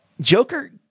Joker